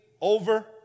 over